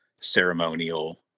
ceremonial